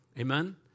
Amen